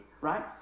right